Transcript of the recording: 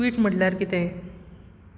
tweet म्हणल्यार कितें